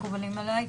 מקובלים עליי,